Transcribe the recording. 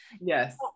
Yes